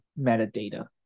metadata